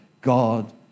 God